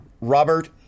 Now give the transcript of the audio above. Robert